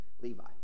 levi